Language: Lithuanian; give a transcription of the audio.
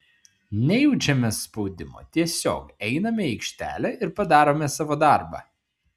nejaučiame spaudimo tiesiog einame į aikštelę ir padarome savo darbą